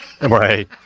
right